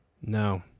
No